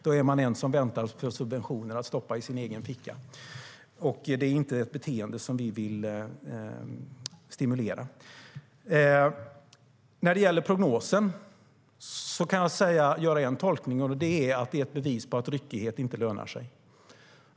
Då är man en som väntar på subventioner att stoppa i sin egen ficka, och det är inte ett beteende som vi vill stimulera. När det gäller prognosen kan jag göra en tolkning, och det är att den är ett bevis på att ryckighet inte lönar sig.